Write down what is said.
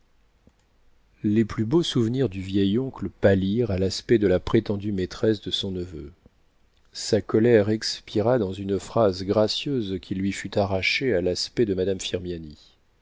les plus beaux souvenirs du vieil oncle pâlirent à l'aspect de la prétendue maîtresse de son neveu sa colère expira dans une phrase gracieuse qui lui fut arrachée à l'aspect de madame